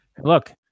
Look